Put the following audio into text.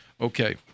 Okay